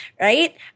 right